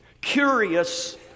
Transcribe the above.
curious